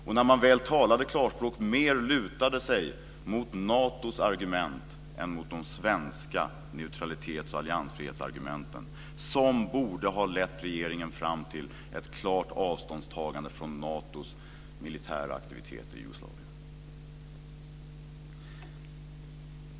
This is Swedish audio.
När man sedan väl talade klarspråk så lutade man sig mer mot Natos argument än mot de svenska neutralitets och alliansfrihetsargumenten, som borde ha lett regeringen fram till ett klart avståndstagande från Natos militära aktiviteter i Jugoslavien.